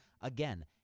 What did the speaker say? Again